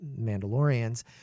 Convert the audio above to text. Mandalorians